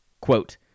Quote